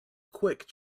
quick